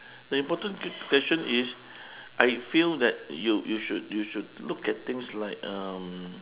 the important question is I feel that you you should you should look at things like um